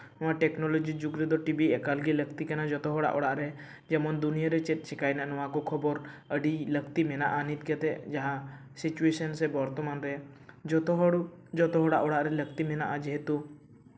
ᱱᱚᱣᱟ ᱴᱮᱠᱱᱳᱞᱚᱡᱤ ᱡᱩᱜᱽ ᱨᱮᱫᱚ ᱴᱤᱵᱷᱤ ᱮᱠᱟᱞ ᱜᱮ ᱞᱟᱹᱠᱛᱤ ᱠᱟᱱᱟ ᱡᱚᱛᱚ ᱦᱚᱲᱟᱜ ᱚᱲᱟᱜ ᱨᱮ ᱡᱮᱢᱚᱱ ᱫᱩᱱᱭᱟᱹ ᱨᱮ ᱪᱮᱫ ᱪᱤᱠᱟᱹᱭᱮᱱᱟ ᱱᱚᱣᱟ ᱠᱚ ᱠᱷᱚᱵᱚᱨ ᱟᱹᱰᱤ ᱞᱟᱹᱠᱛᱤ ᱢᱮᱱᱟᱜᱼᱟ ᱱᱤᱛ ᱠᱟᱛᱮᱜ ᱡᱟᱦᱟᱸ ᱥᱤᱪᱩᱭᱮᱥᱮᱱ ᱥᱮ ᱵᱚᱨᱛᱚᱢᱟᱱ ᱨᱮ ᱡᱚᱛᱚᱦᱚᱲ ᱡᱚᱛᱦᱚᱲᱟᱜ ᱚᱲᱟᱜ ᱨᱮ ᱞᱟᱹᱠᱛᱤ ᱢᱮᱱᱟᱜᱼᱟ ᱡᱮᱦᱮᱛᱩ